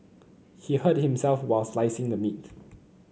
he hurt himself while slicing the meat